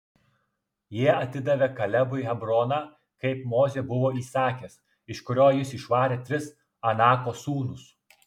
jie atidavė kalebui hebroną kaip mozė buvo įsakęs iš kurio jis išvarė tris anako sūnus